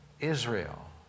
Israel